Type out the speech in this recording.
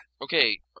Okay